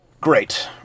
great